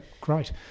great